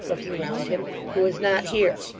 looking round him, who is not here.